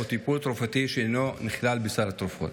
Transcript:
טיפול תרופתי שאינו נכלל בסל התרופות.